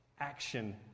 Action